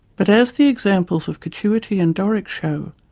but as the examples of catuity and doric show,